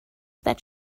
that